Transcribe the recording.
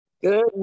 Good